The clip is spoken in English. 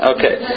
Okay